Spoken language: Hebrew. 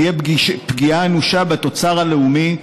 תהיה פגיעה אנושה בתוצר הלאומי,